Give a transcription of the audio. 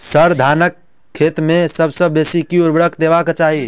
sir, धानक खेत मे सबसँ बेसी केँ ऊर्वरक देबाक चाहि